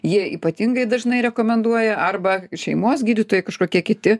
jie ypatingai dažnai rekomenduoja arba šeimos gydytojai kažkokie kiti